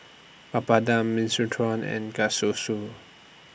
Papadum Minestrone and